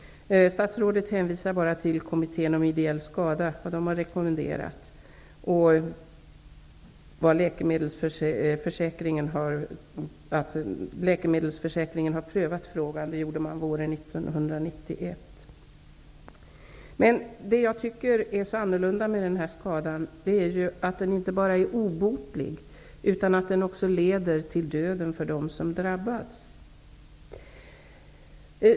Statsrådet hänvisar bara till vad Kommittén om ideell skada har rekommenderat och till att Läkemedelsförsäkringen våren 1991 prövade frågan. Men det som är så annorlunda med den här skadan är att den inte bara är obotlig utan också leder till döden för dem som har drabbats.